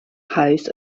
house